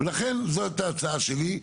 ולכן, זאת ההצעה שלי.